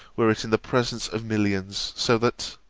were it in the presence of millions so that